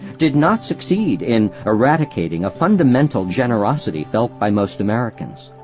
did not succeed in eradicating a fundamental generosity felt by most americans.